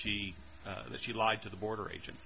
she that she lied to the border agents